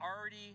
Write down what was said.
already